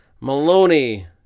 Maloney